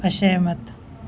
असहमत